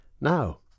Now